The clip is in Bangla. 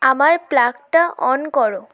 আমার প্লাগটা অন করো